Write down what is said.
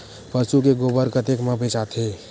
पशु के गोबर कतेक म बेचाथे?